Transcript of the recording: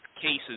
cases